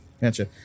Gotcha